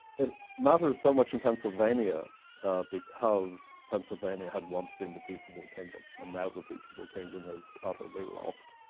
it mattered so much in pennsylvania because pennsylvania had once been the peaceable kingdom, and now the peaceable kingdom is utterly lost.